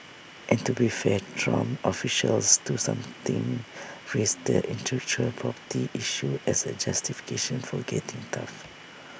and to be fair Trump officials do something raise the intellectual property issue as A justification for getting tough